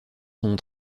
sont